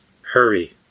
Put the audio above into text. hurry